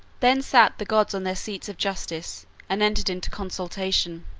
then sat the gods on their seats of justice and entered into consultation,